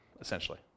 essentially